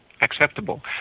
acceptable